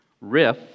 riff